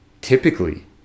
typically